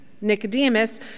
Nicodemus